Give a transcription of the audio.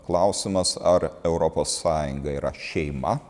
klausimas ar europos sąjunga yra šeima